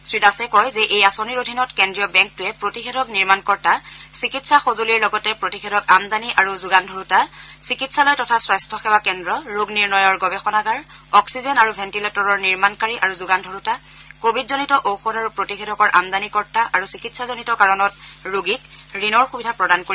শ্ৰীদাসে কয় যে এই আঁচনিৰ অধীনত কেন্দ্ৰীয় বেংকটোৱে প্ৰতিষেধক নিৰ্মাণকৰ্তা চিকিৎসা সঁজুলি লগতে প্ৰতিষেধক আমদানি আৰু যোগান ধৰোঁতা চিকিৎসালয় তথা স্বাস্যসেৱা কেন্দ্ৰ ৰোগ নিৰ্ণয়ৰ গৱেষণাগাৰ অক্সিজেন আৰু ভেম্টিলেটৰৰ নিৰ্মাণকাৰী আৰু যোগান ধৰোঁতা কোৱিডজনিত ঔষধ আৰু প্ৰতিষেধকৰ আমদানিকৰ্তা আৰু চিকিৎসাজনিত কাৰণত ৰোগীক ঋণৰ সুবিধা প্ৰদান কৰিব